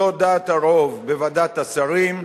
זאת דעת הרוב בוועדת השרים.